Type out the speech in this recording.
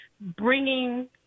bringing